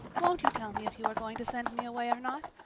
won't you tell me if you are going to send me away or not?